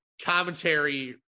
Commentary